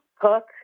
cook